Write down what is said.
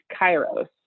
kairos